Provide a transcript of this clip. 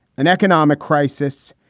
an economic crisis,